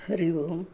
हरिः ओं